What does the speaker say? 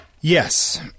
Yes